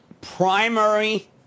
Primary